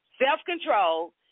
Self-control